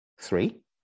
Three